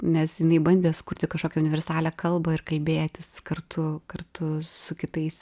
nes jinai bandė sukurti kažkokią universalią kalbą ir kalbėtis kartu kartu su kitais